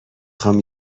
خوام